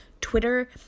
Twitter